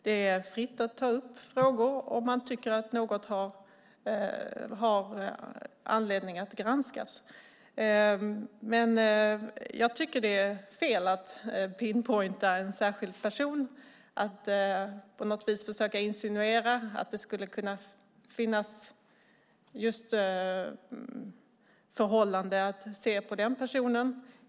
Det är fritt att ta upp frågor om man tycker att något har anledning att granskas. Jag tycker dock att det är fel att "pinpointa" en särskild person och på något vis försöka insinuera att det skulle kunna finnas anledning att titta på den personen.